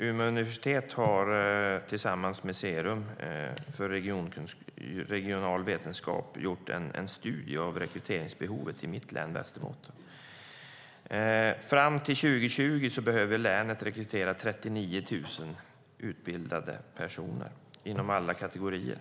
Umeå universitet har tillsammans med Cerum, Centrum för regionalvetenskap, gjort en studie av rekryteringsbehovet i mitt län, Västerbottens län. Till år 2020 behöver länet rekrytera 39 000 utbildade personer inom alla kategorier.